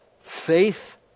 faith